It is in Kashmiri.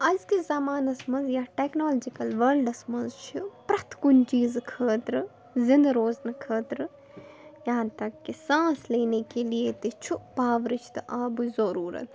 آزکِس زَمانس منٛز یَتھ ٹٮ۪کنالجِکَل وٲلڈَس منٛز چھُ پرٛٮ۪تھ کُنہِ چیٖزٕ خٲطرٕ زِنٛدٕ روزنہٕ خٲطرٕ یہاں تَک کہِ سانٛس لینے کے لیے تہِ چھُ پاورٕچ تہٕ آبٕچ ضُروٗرتھ